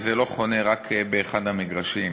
וזה לא חונה רק באחד המגרשים.